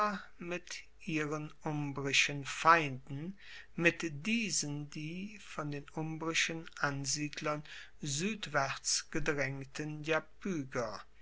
mit ihren umbrischen feinden mit diesen die von den umbrischen ansiedlern suedwaerts gedraengten